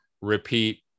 repeat